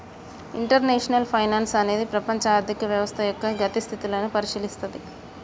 international finance అనేది ప్రపంచ ఆర్థిక వ్యవస్థ యొక్క గతి స్థితులను పరిశీలిత్తది